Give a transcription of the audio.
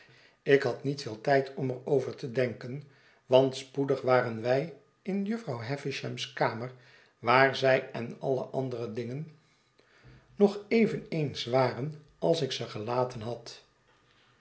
ik had niet veel tijd om er oyer te denken want spoedig waren wij in jufvrouw havisham's kamer waar zij en alle andere dingen nog eveneens waren als ik ze gelaten had